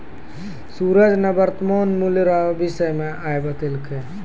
सूरज ने वर्तमान मूल्य रो विषय मे आइ बतैलकै